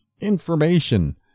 information